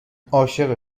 عاشق